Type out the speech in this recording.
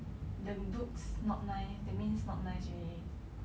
the looks not nice that means not nice already